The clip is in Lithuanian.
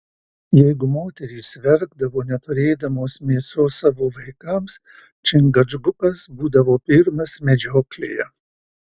jeigu moterys verkdavo neturėdamos mėsos savo vaikams čingačgukas būdavo pirmas medžioklėje